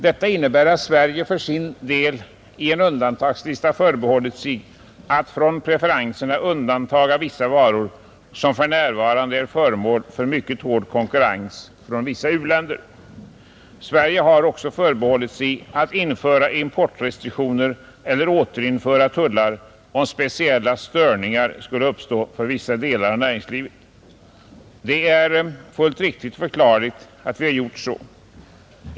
Detta innebär att Sverige för sin del i en undantagslista förbehållit sig att från preferenserna undanta vissa varor som för närvarande är föremål för mycket hård konkurrens från vissa u-länder. Sverige har också förbehållit sig att införa importrestriktioner eller återinföra tullar om speciella störningar skulle uppstå för vissa delar av näringslivet. Det är fullt förklarligt att vi har gjort så.